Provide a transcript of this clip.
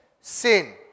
sin